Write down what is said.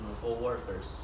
co-workers